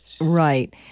Right